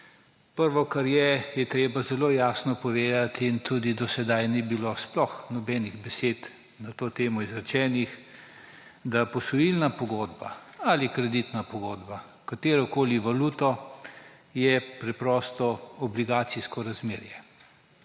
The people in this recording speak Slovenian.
Prvo, kar je, je treba zelo jasno povedati, in tudi do sedaj ni bilo sploh nobenih besed na to temo izrečenih, da posojilna pogodba ali kreditna pogodba s katerokoli valuto je preprosto obligacijsko razmerje.